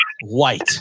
white